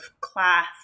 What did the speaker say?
class